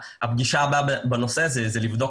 הפגישה הבאה בנושא הזה היא כדי לבדוק